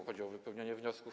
Chodzi o wypełnianie wniosków.